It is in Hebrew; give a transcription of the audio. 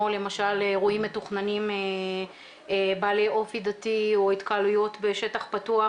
למשל אירועים מתוכננים בעלי אופי דתי או התקהלויות בשטח פתוח,